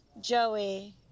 Joey